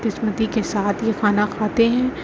قسمتی کے ساتھ یہ کھانا کھاتے ہیں